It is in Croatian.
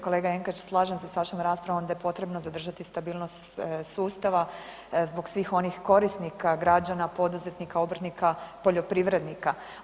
Kolega Jenkač slažem se s vašom raspravom da je potrebno zadržati stabilnost sustava zbog svih onih korisnika, građana, poduzetnika, obrtnika, poljoprivrednika.